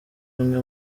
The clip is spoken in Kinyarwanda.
umwe